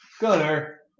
Gunner